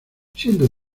siendo